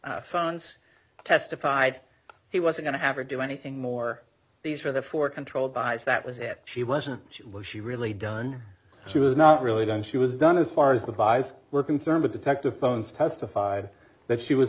funds testified he was going to have her do anything more these were the four controlled by so that was it she wasn't she was she really done she was not really done she was done as far as the buys were concerned with detective phones testified that she was